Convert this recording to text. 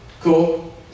Cool